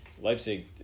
Leipzig